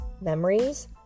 memories